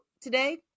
today